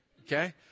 okay